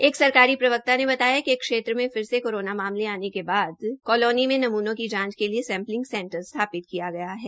एक सरकारी प्रवक्ता ने बताया कि क्षेत्र में फिर से कोरोना मामले आने के बाद कोलोनी मे नमूनों की जांच के लिए सैम्पलिंग सेंटर स्थापित किया गया है